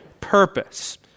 purpose